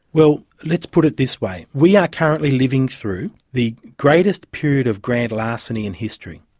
well, let's put it this way, we are currently living through the greatest period of grand larceny in history.